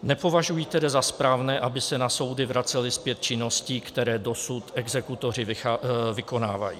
Nepovažuji tedy za správné, aby se na soudy vracely zpět činnosti, které dosud exekutoři vykonávají.